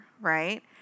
right